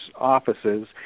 offices